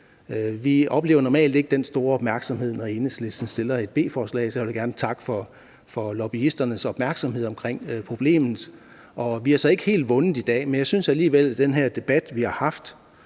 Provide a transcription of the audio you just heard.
Vi oplever normalt ikke den store opmærksomhed, når Enhedslisten fremsætter et B-forslag, så jeg vil gerne takke for lobbyisternes opmærksomhed omkring problemet. Vi har så ikke helt vundet i dag, men jeg synes alligevel, at den debat, vi har haft